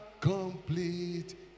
complete